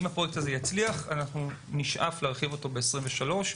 הפרויקט הזה יצליח נשאף להרחיב אותו ב-2023,